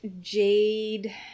jade